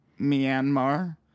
Myanmar